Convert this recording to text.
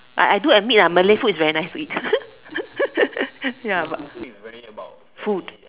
I I do admit lah Malay food is very nice to eat ya but food